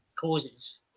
causes